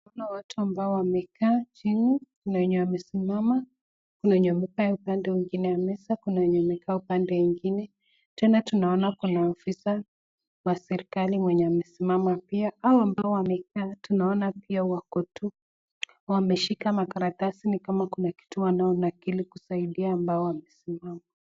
Tunaona watu ambao wamekaa chini kuna wenye wamesimama, kuna wenye wamekaa kando ya meza, kuna wenye wamekaa upande ingine, tena tunaona kuna ofisa waserikali mwenye amesimama pia. Hao ambao wamekaa tunaona pia wako tu wameshika makaratasi ni kama kuna kitu wanaona ili kusaidia ambao wamesimama.